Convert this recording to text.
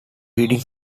breeding